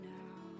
now